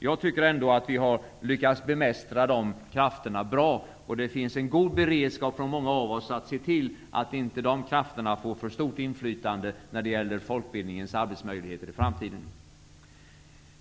Jag tycker ändå att vi har lyckats bemästra de krafterna bra. Många av oss har en god beredskap för att se till att inte de krafterna får för stort inflytande när det gäller folkbildningens arbetsmöjligheter i framtiden.